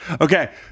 Okay